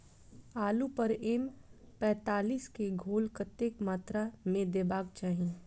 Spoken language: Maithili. आलु पर एम पैंतालीस केँ घोल कतेक मात्रा मे देबाक चाहि?